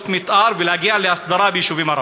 מתאר ולהגיע להסדרה ביישובים ערביים.